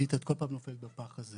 ועידית את כל פעם נופלת בפח הזה